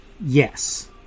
yes